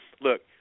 Look